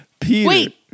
Wait